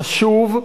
חשוב,